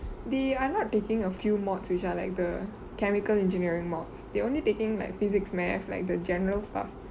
they are not taking a few mods which are like the chemical engineering mods they only taking like physics math like the general stuff